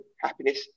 happiness